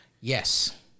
yes